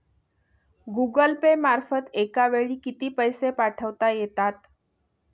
Google Pay मार्फत एका वेळी किती पैसे पाठवता येतात?